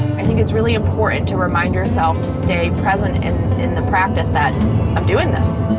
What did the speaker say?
i think it's really important to remind yourself to stay present and in the practise that i'm doing this.